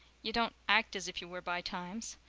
you don't act as if you were by times,